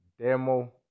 demo